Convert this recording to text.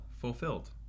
fulfilled